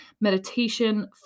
meditation